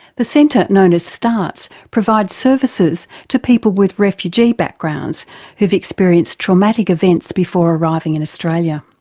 the centre, known as startts, provides services to people with refugee backgrounds who've experienced traumatic events before arriving in australia.